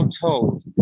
told